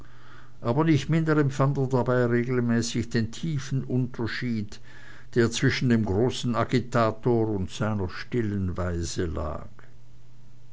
aber nicht minder empfand er dabei regelmäßig den tiefen unterschied der zwischen dem großen agitator und seiner stillen weise lag